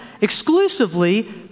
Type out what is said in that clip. exclusively